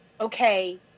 okay